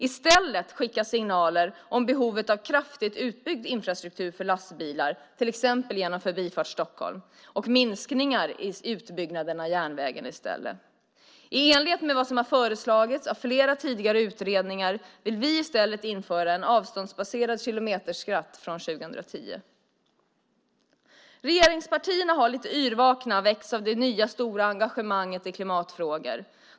I stället skickas signaler om behovet av kraftigt utbyggd infrastruktur för lastbilar, till exempel genom Förbifart Stockholm, och minskningar i utbyggnaden av järnvägen i stället. I enlighet med vad som har föreslagits av flera tidigare utredningar vill vi i stället införa en avståndsbaserad kilometerskatt från 2010. Regeringspartierna har, lite yrvakna, väckts av det nya stora engagemanget i klimatfrågor.